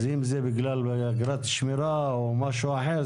אז אם זה בגלל אגרת שמירה או משהו אחר,